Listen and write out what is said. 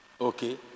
Okay